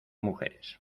mujeres